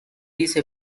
riso